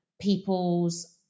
people's